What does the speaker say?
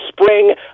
spring